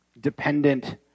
dependent